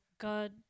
god